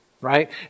right